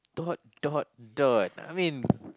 dot dot dot I mean